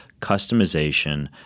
customization